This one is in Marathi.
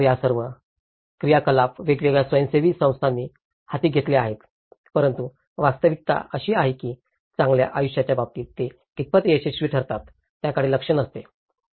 तर या सर्व क्रियाकलाप वेगवेगळ्या स्वयंसेवी संस्थांनी हाती घेतले आहेत परंतु वास्तविकता अशी आहे की चांगल्या आयुष्याच्या बाबतीत ते कितपत यशस्वी ठरतात याकडे लक्ष नसते